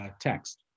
text